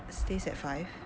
stays at five